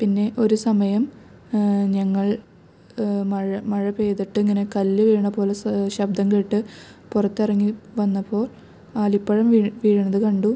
പിന്നെ ഒര് സമയം ഞങ്ങള് മഴ മഴ പെയ്തിട്ടിങ്ങനെ കല്ല് വീണത് പോലെ സാ ശബ്ദം കേട്ട് പുറത്തിറങ്ങി വന്നപ്പോൾ ആലിപ്പഴം വീയ് വീഴുന്നത് കണ്ടു